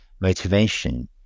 motivation